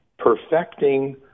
perfecting